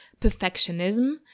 perfectionism